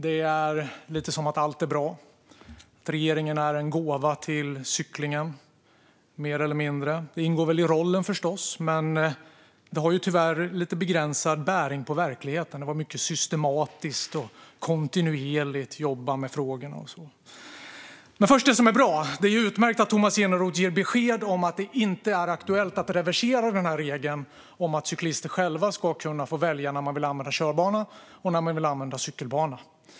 Det låter som att allt är bra. Regeringen är mer eller mindre en gåva till cyklingen. Det ingår förstås i rollen. Men det har tyvärr lite begränsad bäring på verkligheten. Det talas mycket om att systematiskt och kontinuerligt jobba med frågorna. Men jag ska först ta upp det som är bra. Det är utmärkt att Tomas Eneroth ger besked om att det inte är aktuellt att reversera regeln om att cyklister själva ska kunna få välja när de vill använda körbana och när de vill använda cykelbana.